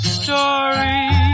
story